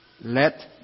let